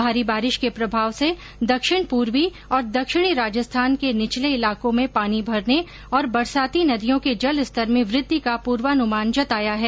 भारी बारिश के प्रभाव से दक्षिण पूर्वी और दक्षिणी राजस्थान के निचले इलाकों में पानी भरने और बरसाती नदियों के जलस्तर में वृद्धि का प्रर्वोन्मान जताया है